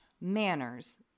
manners